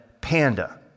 panda